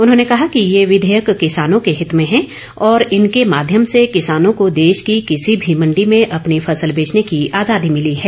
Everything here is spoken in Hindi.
उन्होंने कहा कि ये विधेयक किसानों के हित में है और इनके माध्यम से किसानों को देश की किसी भी मण्डी में अपनी फसल बेचने की आजादी मिली है